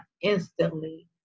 instantly